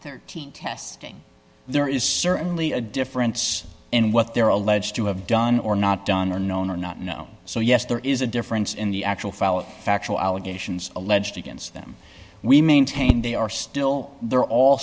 thirteen testing there is certainly a difference in what they're alleged to have done or not done or known or not known so yes there is a difference in the actual file of factual allegations alleged against them we maintain they are still there a